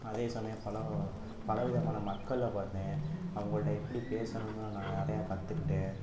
அதே சமயம் பல பலவிதமான மக்களை பார்த்தேன் அவங்கள்கிட்ட எப்படி பேசணும்னு நான் நிறையா கற்றுக்கிட்டேன்